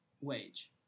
wage